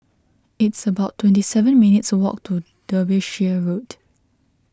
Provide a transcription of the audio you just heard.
it's about twenty seven minutes' walk to Derbyshire Road